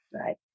right